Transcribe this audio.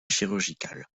chirurgicale